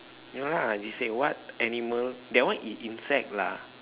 ya lah they said what animals that one is insect lah